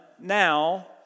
now